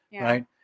right